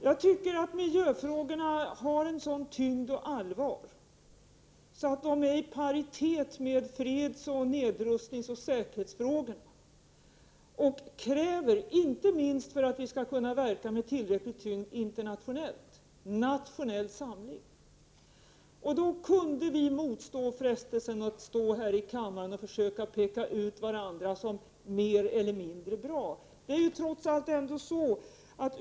Jag tycker miljöfrågorna har en sådan tyngd och ett sådant allvar att de är i paritet med freds-, nedrustningsoch säkerhetsfrågorna. De kräver nationell samling, inte minst för att vi skall kunna verka med tillräcklig tyngd internationellt. Då kunde vi motstå frestelsen att här i kammaren försöka peka ut varandra som mer eller mindre bra.